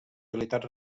mobilitat